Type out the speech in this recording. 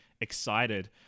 excited